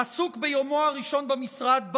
עסוק ביומו הראשון במשרד,